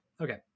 Okay